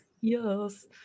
Yes